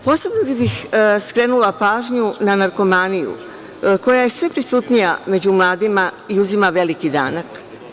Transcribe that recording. Posebno bih skrenula pažnju na narkomaniju, koja je sve prisutnija među mladima i uzima veliki danak.